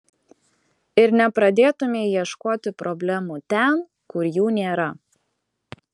ir nepradėtumei ieškoti problemų ten kur jų nėra